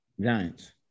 Giants